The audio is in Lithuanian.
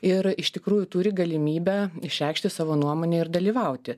ir iš tikrųjų turi galimybę išreikšti savo nuomonę ir dalyvauti